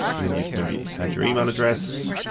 and then you'd maybe add your email address.